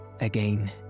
Again